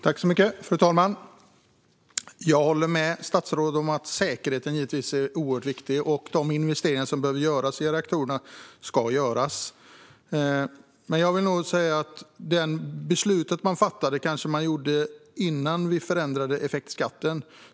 Fru talman! Jag håller givetvis med statsrådet om att säkerheten är oerhört viktig, och de investeringar som behöver göras i reaktorerna ska göras. Men beslutet fattades kanske innan vi förändrade effektskatten.